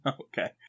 Okay